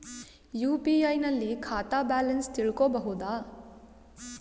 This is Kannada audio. ಯು.ಪಿ.ಐ ನಲ್ಲಿ ಖಾತಾ ಬ್ಯಾಲೆನ್ಸ್ ತಿಳಕೊ ಬಹುದಾ?